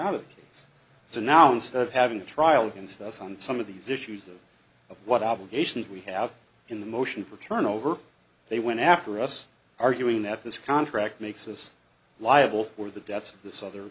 case so now instead of having a trial against us on some of these issues of of what obligations we have in the motion for turnover they went after us arguing that this contract makes us liable for the debts of this other